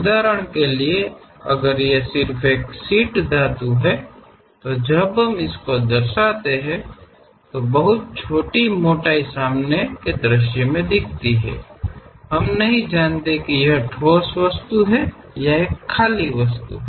उदाहरण के लिए अगर यह सिर्फ एक शीट धातु है तो जब हम इसको दर्शाते हैं तो बहुत छोटी मोटाई सामने के दृश्य में दिखती हैं हम नहीं जानते कि यह एक ठोस वस्तु है या यह एक खाली वस्तु है